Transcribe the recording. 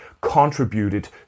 contributed